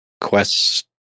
Quest